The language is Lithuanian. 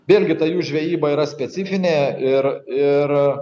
vėlgi ta jų žvejyba yra specifinė ir ir